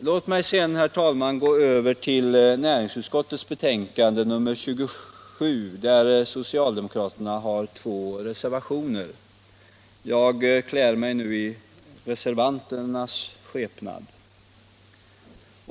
Jag går nu över till näringsutskottets betänkande nr 27 där socialdemokraterna har två reservationer. Jag klär mig nu i reservanternas skepnad.